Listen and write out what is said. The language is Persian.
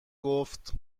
گفت